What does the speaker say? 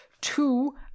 two